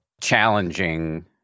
challenging